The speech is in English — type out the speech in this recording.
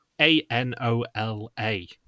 A-N-O-L-A